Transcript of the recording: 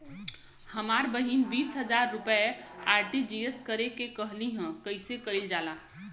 हमर बहिन बीस हजार रुपया आर.टी.जी.एस करे के कहली ह कईसे कईल जाला?